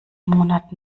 monat